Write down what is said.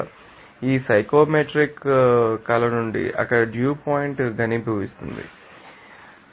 కాబట్టి ఈ సైకోమెట్రిక్స్ కళ నుండి అక్కడ డ్యూ పాయింట్ గనిభవిస్తుంది అని మీరు చెప్పగలరు